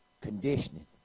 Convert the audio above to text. conditioning